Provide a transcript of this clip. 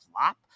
flop